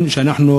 אנחנו,